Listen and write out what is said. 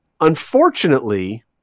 Unfortunately